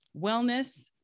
wellness